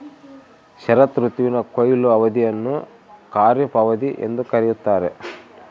ಶರತ್ ಋತುವಿನ ಕೊಯ್ಲು ಅವಧಿಯನ್ನು ಖಾರಿಫ್ ಅವಧಿ ಎಂದು ಕರೆಯುತ್ತಾರೆ